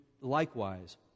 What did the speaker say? likewise